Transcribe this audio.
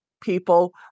people